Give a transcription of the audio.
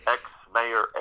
Ex-mayor